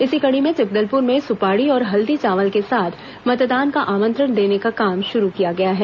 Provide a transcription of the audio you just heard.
इसी कड़ी में जगदलपुर में सुपाड़ी और हल्दी चावल के साथ मतदान का आमंत्रण देने का काम शुरू किया गया है